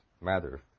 matter